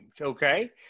Okay